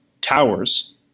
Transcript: towers